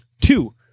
Two